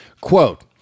Quote